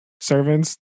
servants